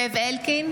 אינו נוכח